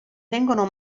vengono